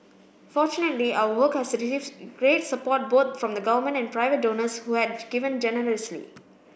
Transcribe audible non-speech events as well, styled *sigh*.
fortunately our work has *unintelligible* great support both from the Government and private donors who had given generously